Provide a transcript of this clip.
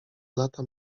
lata